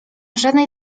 żadnej